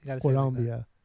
Colombia